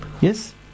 yes